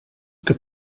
que